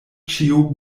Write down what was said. ĉio